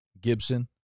Gibson